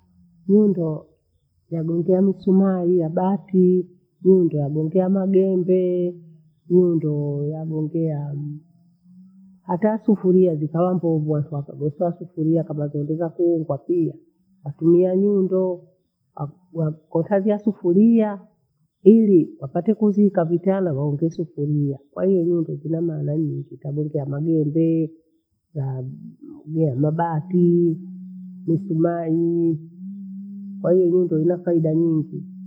Nyagongea misumari ya bati, Nyundo yagongea magembee, nyundoo yagongeaa hata sufuria zikawa mbovu watu wakagoswa sufuria kabla zaongozwa kuhengwa kio watumia nyundo. Ak- gwa- kontanzia sufuria ili wapate kuzika viteana waunge sufuria. Kahiyo hiyo ndio kimana anayoio kitagombea magembe, za- mjuo mabati misumayi, kwahiyo nyundo ina faida nyingi.